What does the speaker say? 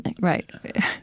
right